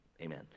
Amen